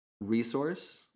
resource